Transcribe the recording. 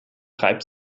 reibt